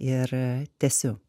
ir tęsiu